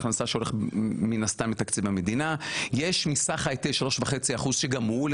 1 שישינסקי 2, היה לי